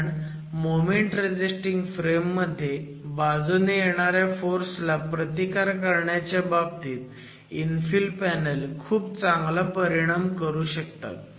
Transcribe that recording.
कारण moment resisting frame मध्ये बाजूने येणाऱ्या फोर्सला प्रतिकार करण्याच्या बाबतीत इन्फिल पॅनल खूप चांगला परिणाम करू शकतात